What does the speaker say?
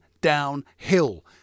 downhill